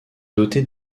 dotée